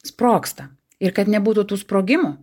sprogsta ir kad nebūtų tų sprogimų